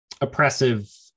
oppressive